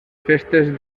festes